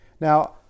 Now